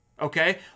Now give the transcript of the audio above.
Okay